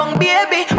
baby